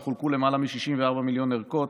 וחולקו למעלה מ-64 מיליון ערכות,